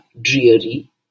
dreary